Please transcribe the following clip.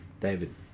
David